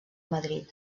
madrid